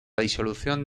disolución